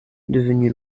devenue